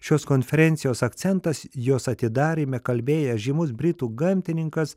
šios konferencijos akcentas jos atidaryme kalbėjęs žymus britų gamtininkas